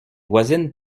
voisine